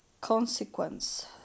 consequence